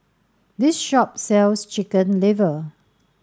this shop sells chicken liver